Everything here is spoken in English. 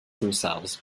themselves